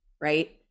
right